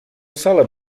salę